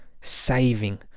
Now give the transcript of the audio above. saving